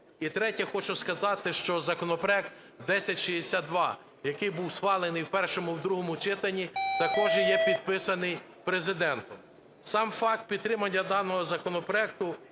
І третє. Хочу сказати, що законопроект 1062, який був схвалений в першому і другому читанні, також є підписаний Президентом. Сам факт підтримання даного законопроекту